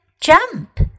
jump